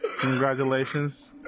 Congratulations